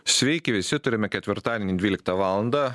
sveiki visi turime ketvirtadienį dvyliktą valandą